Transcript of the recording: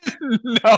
No